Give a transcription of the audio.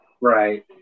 Right